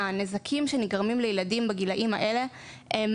הנזקים שנגרמים לילדים בגילאים האלה הם